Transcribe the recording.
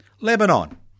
Lebanon